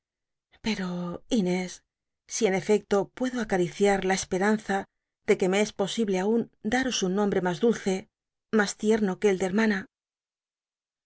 pero inés si en efecto puedo acaricia la esperanza de que me es posible aun daros un nombre mas dulce mas tierno que el de